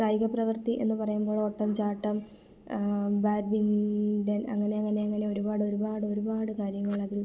കായിക പ്രവർത്തി എന്നു പറയുമ്പോൾ ഓട്ടം ചാട്ടം ബാഡ്മിൻറ്റൺ അങ്ങനെ അങ്ങനെ അങ്ങനെ ഒരുപാട് ഒരുപാട് ഒരുപാട് കാര്യങ്ങളതിൽ മുന്നോട്ടുപോകുന്നു